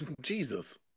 Jesus